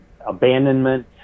abandonment